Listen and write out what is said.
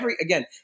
Again